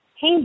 Hey